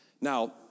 Now